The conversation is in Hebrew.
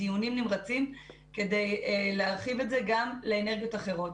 אנחנו בדיונים נמרצים כדי להרחיב את זה גם לאנרגיות אחרות.